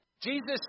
Jesus